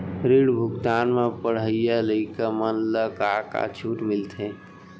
ऋण भुगतान म पढ़इया लइका मन ला का का छूट मिलथे?